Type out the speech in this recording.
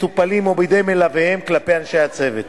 אני מתכבד להביא בפני הכנסת את הצעת